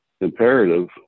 imperative